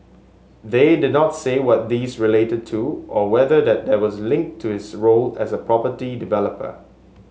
they did not say what these related to or whether that was linked to his role as a property developer